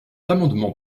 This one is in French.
amendement